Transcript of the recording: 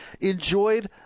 Enjoyed